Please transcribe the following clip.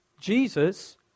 Jesus